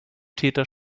täter